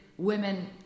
women